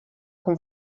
com